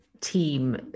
team